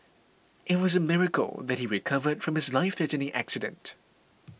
it was a miracle that he recovered from his life threatening accident